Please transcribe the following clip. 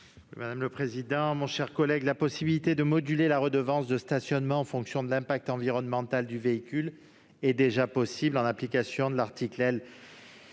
de la commission ? La possibilité de moduler la redevance de stationnement en fonction de l'impact environnemental du véhicule est déjà possible en application de l'article L.